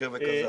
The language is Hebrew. שקר וכזב.